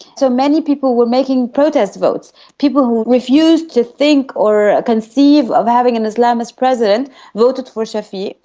so, many people were making protest votes people who refused to think or conceive of having an islamist president voted for shafik,